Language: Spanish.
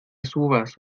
subas